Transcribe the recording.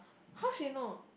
how she know